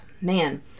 man